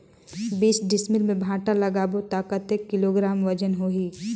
बीस डिसमिल मे भांटा लगाबो ता कतेक किलोग्राम वजन होही?